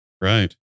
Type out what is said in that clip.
right